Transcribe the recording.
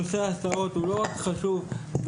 נושא ההסעות הוא לא רק חשוב בחינוך.